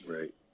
Right